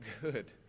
good